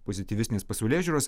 pozityvistinės pasaulėžiūros